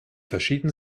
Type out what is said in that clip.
verschieden